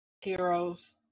Heroes